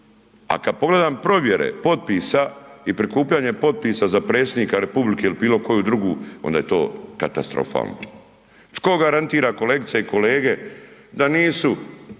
a kad pogledam provjere potpisa i prikupljanje potpisa za predsjednika Republike ili bilo koju drugu onda je to katastrofalno. Tko garantira kolegice i kolege da nisu